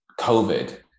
COVID